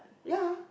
ya